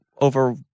over